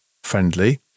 friendly